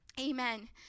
Amen